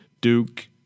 Duke